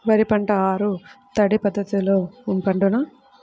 వరి పంట ఆరు తడి పద్ధతిలో పండునా?